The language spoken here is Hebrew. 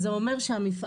זה אומר שהמפעל,